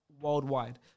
Worldwide